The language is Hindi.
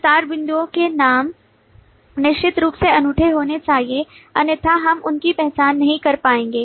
विस्तार बिंदुओं के नाम निश्चित रूप से अनूठे होने चाहिए अन्यथा हम उनकी पहचान नहीं कर पाएंगे